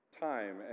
time